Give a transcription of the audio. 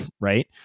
right